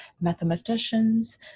mathematicians